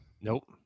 Nope